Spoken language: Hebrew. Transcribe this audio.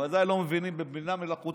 בוודאי לא מבינים בבינה מלאכותית.